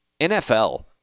NFL